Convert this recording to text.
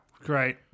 great